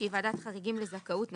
שהיא ועדת חריגים לזכאות נוספת,